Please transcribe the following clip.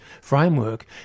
framework